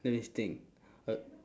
let me think err